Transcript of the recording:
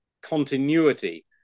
continuity